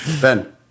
Ben